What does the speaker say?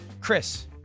Chris